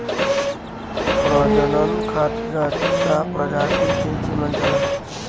प्रजनन खातिर अच्छा प्रजाति के चुनल जाला